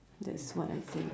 that's what I think